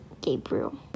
Gabriel